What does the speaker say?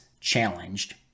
challenged